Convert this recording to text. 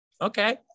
okay